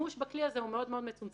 השימוש בכלי הזה הוא מאוד מאוד מצומצם.